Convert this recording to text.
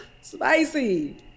Spicy